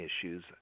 issues